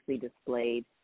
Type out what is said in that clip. displayed